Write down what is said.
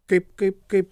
kaip kaip kaip